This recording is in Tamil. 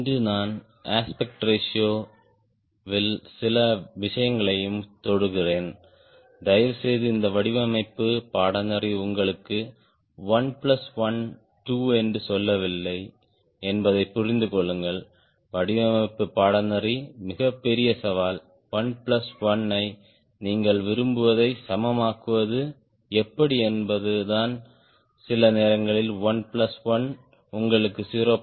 இன்று நான் அஸ்பெக்ட் ரேஷியோ வில் சில விஷயங்களையும் தொடுகிறேன் தயவுசெய்து இந்த வடிவமைப்பு பாடநெறி உங்களுக்கு 1 பிளஸ் 1 2 என்று சொல்லவில்லை என்பதை புரிந்து கொள்ளுங்கள் வடிவமைப்பு பாடநெறி மிகப்பெரிய சவால் 1 பிளஸ் 1 ஐ நீங்கள் விரும்புவதை சமமாக்குவது எப்படி என்பதுதான் சில நேரங்களில் 1 பிளஸ் 1 உங்களுக்கு 0